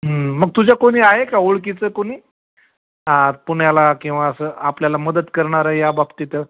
हं मग तुझ्या कोणी आहे का ओळखीचं कुणी आ पुण्याला किंवा असं आपल्याला मदत करणारं या बाबतीत